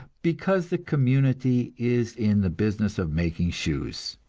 because the community is in the business of making shoes,